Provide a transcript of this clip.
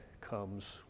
comes